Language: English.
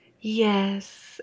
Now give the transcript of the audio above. yes